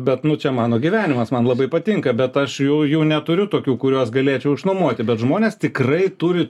bet nu čia mano gyvenimas man labai patinka bet aš jų jų neturiu tokių kuriuos galėčiau išnuomoti bet žmonės tikrai turi